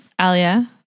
Alia